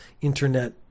internet